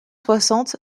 soixante